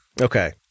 Okay